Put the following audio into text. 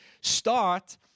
start